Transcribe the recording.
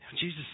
Jesus